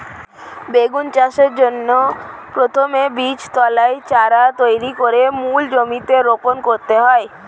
বেগুন চাষের জন্য প্রথমে বীজতলায় চারা তৈরি করে মূল জমিতে রোপণ করতে হয়